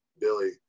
Billy